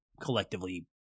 collectively